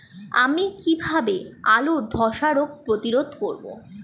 আমি কিভাবে আলুর ধ্বসা রোগ প্রতিরোধ করব?